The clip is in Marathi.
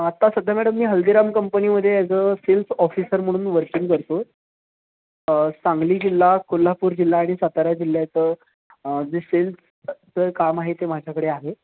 आता सध्या मॅडम मी हल्दीराम कंपनीमध्ये ॲज अ सेल्स ऑफिसर म्हणून वर्किंग करतो आहे सांगली जिल्हा कोल्हापूर जिल्हा आणि सातारा जिल्ह्याचं जे सेल्सचं काम आहे ते माझ्याकडे आहे